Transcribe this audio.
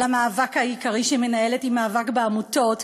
אבל המאבק העיקרי שהיא מנהלת הוא מאבק בעמותות,